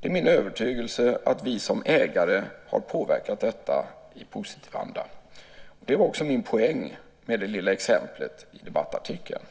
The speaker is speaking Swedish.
Det är min övertygelse att vi som ägare har påverkat detta i positiv anda. Det var också min poäng med det lilla exemplet i debattartikeln.